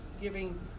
giving